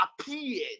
appeared